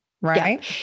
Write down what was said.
right